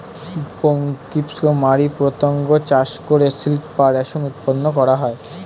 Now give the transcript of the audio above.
Bombyx mori পতঙ্গ চাষ করে সিল্ক বা রেশম উৎপন্ন করা হয়